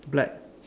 black